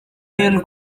will